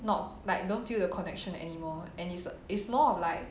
not like don't feel the connection anymore and it's it's more of like